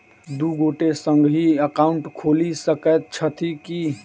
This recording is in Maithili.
दु गोटे संगहि एकाउन्ट खोलि सकैत छथि की?